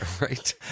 right